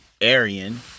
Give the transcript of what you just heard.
Arian